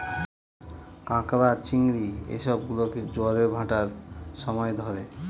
ক্যাঁকড়া, চিংড়ি এই সব গুলোকে জোয়ারের ভাঁটার সময় ধরে